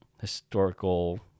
historical